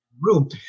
room